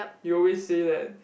he always say that